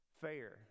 fair